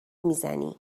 میزنی